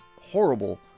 horrible